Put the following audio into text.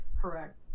correct